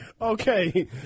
Okay